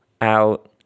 out